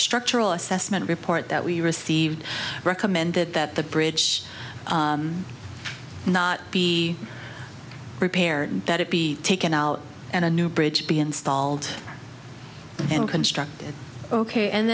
structural assessment report that we received recommended that the bridge not be repaired that it be taken out and a new bridge be installed and constructed ok and